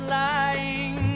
lying